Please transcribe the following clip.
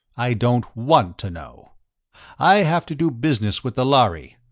i don't want to know i have to do business with the lhari.